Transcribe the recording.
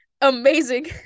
amazing